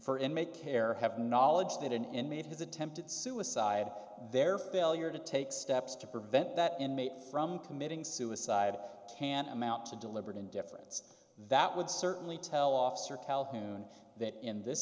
for inmate care have knowledge that an inmate has attempted suicide their failure to take steps to prevent that inmate from committing suicide tantamount to deliberate indifference that would certainly tell officer calhoun that in this